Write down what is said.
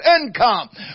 income